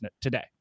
today